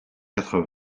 quatre